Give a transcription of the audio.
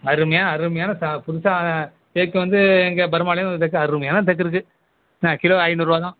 அருமையான அருமையான சா புதுசாக தேக்கு வந்து இங்கே பர்மாவில இருந்து வந்திருக்குது அருமையான தேக்கு இருக்குது என்ன கிலோ ஐநூறுரூவா தான்